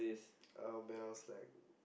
um and I was like